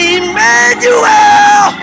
Emmanuel